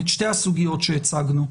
את שתי הסוגיות שהצגנו,